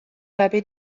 gabe